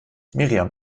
miriam